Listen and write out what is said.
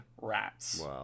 rats